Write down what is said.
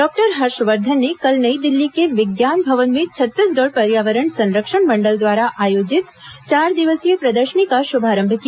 doctor Harshvardhan ने कल नई दिल्ली के विज्ञान भवन में छत्तीसगढ पर्यावरण संरक्षण मंडल द्वारा आयोजित चार दिवसीय प्रदर्शनी का शुभारंभ किया